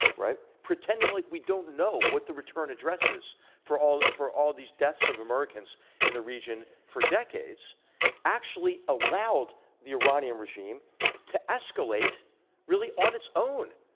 right, pretending like we don't know what the return address is for all ah for all these deaths of americans in the region for decades actually allowed the iranian regime to escalate really on its own,